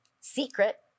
Secret